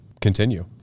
continue